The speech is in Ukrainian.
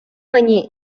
мені